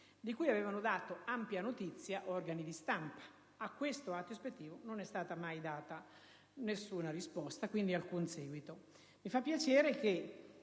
di cui avevano dato ampia notizia gli organi di stampa. A questo atto ispettivo non è mai stata data nessuna risposta, quindi alcun seguito.